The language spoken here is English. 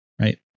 right